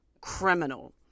criminal